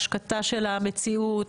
השקטה של המציאות,